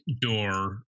door